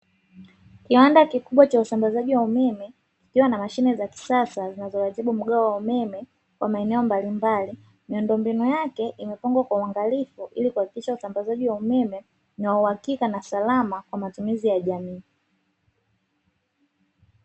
Kiwanda kikubwa cha usambazaji wa umeme kikiwa na mashine za kisasa zinazoratibu mgao wa umeme kwa maeneo mbali mbali. Miundo mbinu yake imepangwa kwa uangalifu ili kuhakikisha usambazaji wa umeme ni wa uhakika na usalama kwa matumizi ya jamii.